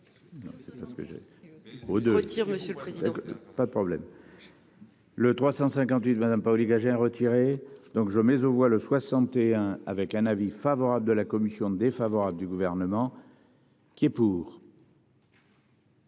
Non c'est pas ce que j'ai. Beaucoup de monsieur le président. Pas de problème. Le 358 Madame Paoli-Gagin retirer donc je mais ou vois le 61 avec un avis favorable de la commission défavorable du gouvernement. Qui est pour.